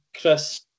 Chris